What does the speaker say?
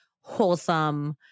wholesome